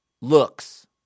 looks